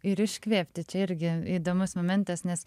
ir iškvėpti čia irgi įdomus momentas nes